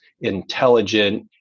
intelligent